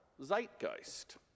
zeitgeist